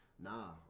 Nah